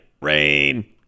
rain